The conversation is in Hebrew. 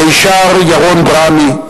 מישר ירון ברמי,